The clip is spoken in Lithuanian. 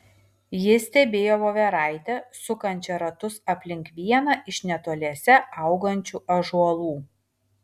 ji stebėjo voveraitę sukančią ratus aplink vieną iš netoliese augančių ąžuolų